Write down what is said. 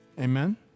Amen